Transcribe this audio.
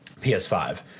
ps5